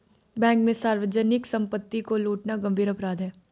bank में सार्वजनिक सम्पत्ति को लूटना गम्भीर अपराध है